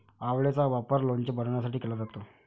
आवळेचा वापर लोणचे बनवण्यासाठी केला जातो